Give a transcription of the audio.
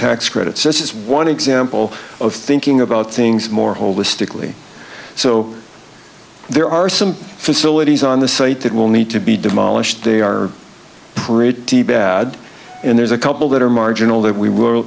tax credits this is one example of thinking about things more holistically so there are some facilities on the site that will need to be demolished they are pretty bad and there's a couple that are marginal that we were